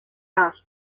out